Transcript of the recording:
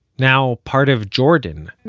now part of jordan,